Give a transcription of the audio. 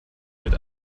mit